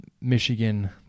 Michigan